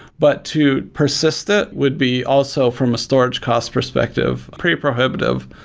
but to persist it would be also, from a storage cost perspective, pretty prohibitive.